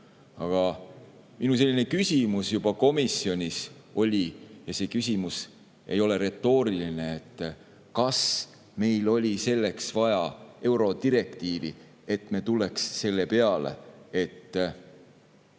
Aga minu küsimus juba komisjonis oli, ja see küsimus ei ole retooriline, kas meil oli selleks vaja eurodirektiivi, et me tuleks selle peale, et